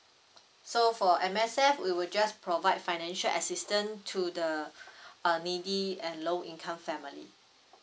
so for M_S_F we will just provide financial assistance to the uh needy and low income family